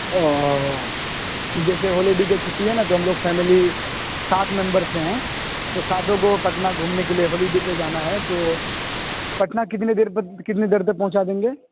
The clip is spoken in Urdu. اوہ کہ جیسے ہولیڈے کی چھٹی ہے نا تو ہم لوگ فیملی سات ممبرس ہیں تو ساتوں کو پٹنہ گھومنے کے لیے ہولیڈے پہ جانا ہے تو پٹنہ کتنی دیر کتنی دیر تک پہنچا دیں گے